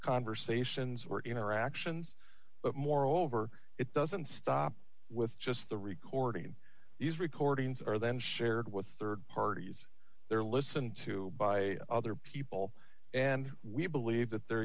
conversations or interactions but moreover it doesn't stop with just the recording and these recordings are then shared with rd parties there listened to by other people and we believe that the